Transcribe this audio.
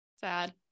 sad